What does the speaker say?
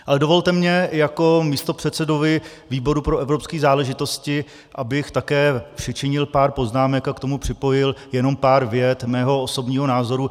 Ale dovolte mi jako místopředsedovi výboru pro evropské záležitosti, abych také přičinil pár poznámek a k tomu připojil jenom pár vět mého osobního názoru.